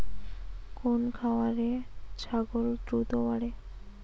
কোন খাওয়ারে ছাগল দ্রুত বাড়ে?